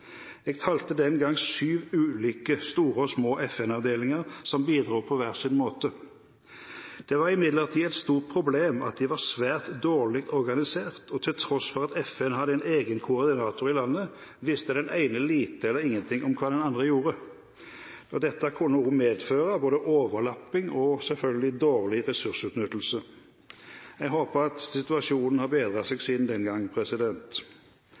Jeg talte den gang syv ulike store og små FN-avdelinger, som bidro på hver sin måte. Det var imidlertid et stort problem at de var svært dårlig organisert, og til tross for at FN hadde en egen koordinator i landet, visste den ene lite eller ingenting om hva den andre gjorde. Dette kunne også medføre både overlapping og selvfølgelig dårlig ressursutnyttelse. Jeg håper situasjonen har bedret seg siden den gang.